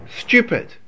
stupid